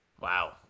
Wow